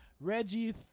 Reggie